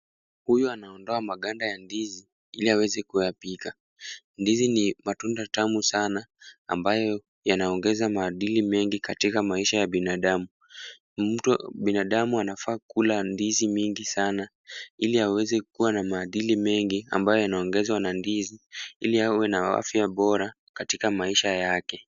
Huyu anaondoa maganda ya ndizi, ili aweze kuyapika. Ndizi ni matunda tamu sana, ambayo yanaongeza maadili mengi katika maisha ya binadamu. Binadamu anafaa kula ndizi mingi sana, ili aweze kuwa na maadili mengi, ambayo yanaongezwa na ndizi, ili awe na afya bora katika maisha yake.